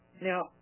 Now